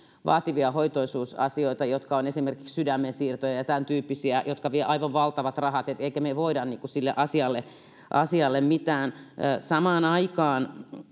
vaativia hoitoisuusasioita sydämensiirtoja ja ja tämän tyyppisiä jotka vievät aivan valtavat rahat emmekä me voi sille asialle asialle mitään samaan aikaan